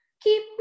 keep